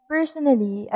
Personally